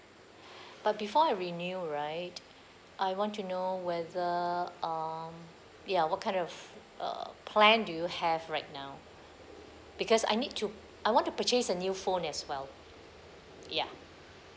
but before I renew right I want to know whether um ya what kind of uh plan do you have right now because I need to I want to purchase a new phone as well ya